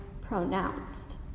pronounced